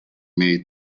made